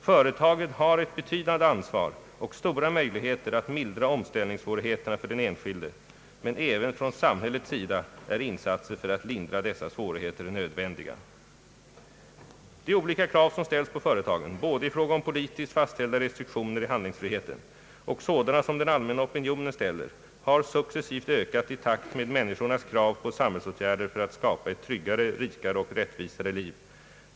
Företagen har ett betydande ansvar och stora möjligheter att mildra omställningssvårigheterna för den enskilde men även från samhällets sida är insatser för att lindra dessa svårigheter nödvändiga.» De olika krav som ställs på företagen i fråga om både politiskt fastställda restriktioner i handlingsfriheten och sådana som den allmänna opinionen ställer har successivt ökat i takt med människornas krav på samhällsåtgärder för att skapa ett tryggare, rikare och rättvisare liv.